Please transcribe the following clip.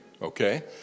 Okay